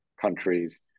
countries